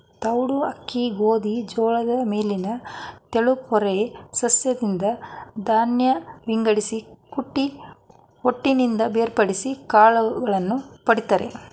ತೌಡು ಅಕ್ಕಿ ಗೋಧಿ ಜೋಳದ ಮೇಲಿನ ತೆಳುಪೊರೆ ಸಸ್ಯದಿಂದ ಧಾನ್ಯ ವಿಂಗಡಿಸಿ ಕುಟ್ಟಿ ಹೊಟ್ಟಿನಿಂದ ಬೇರ್ಪಡಿಸಿ ಕಾಳನ್ನು ಪಡಿತರೆ